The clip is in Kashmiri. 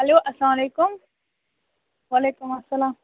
ہیٚلو اَسلام علیکُم وعلیکُم اسلام